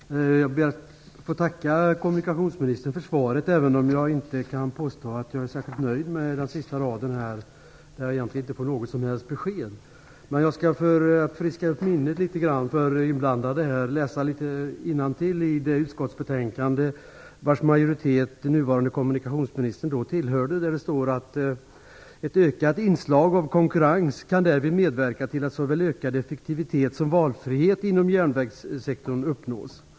Fru talman! Jag ber att få tacka kommunikationsministern för svaret även om jag inte kan påstå att jag är särskilt nöjd med den avslutande delen som inte gav något som helst besked. För att friska upp minnet hos de inblandade skall jag högt läsa innantill ur det utskottsbetänkande som majoriteten stod bakom, en majoritet som den nuvarande kommunikationsministern tillhörde. I "Ett ökat inslag av konkurrens kan därvid medverka till att såväl ökad effektivitet som valfrihet inom järnvägssektorn uppnås.